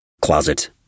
closet